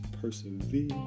persevere